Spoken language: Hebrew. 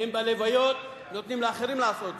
הם בלוויות נותנים לאחרים לעשות זאת.